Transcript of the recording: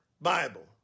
Bible